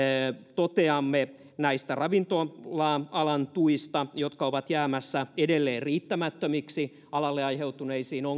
toteamme näistä ravintola alan tuista jotka ovat jäämässä edelleen riittämättömiksi alalle aiheutuneisiin ongelmiin